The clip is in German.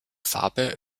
farbe